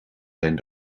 zijn